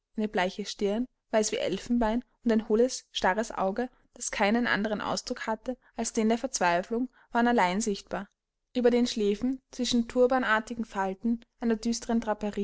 eine bleiche stirn weiß wie elfenbein und ein hohles starres auge das keinen anderen ausdruck hatte als den der verzweiflung waren allein sichtbar über den schläfen zwischen turbanartigen falten einer düstern